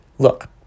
Look